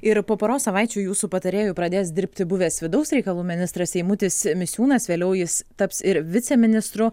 ir po poros savaičių jūsų patarėju pradės dirbti buvęs vidaus reikalų ministras eimutis misiūnas vėliau jis taps ir viceministru